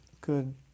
good